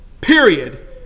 Period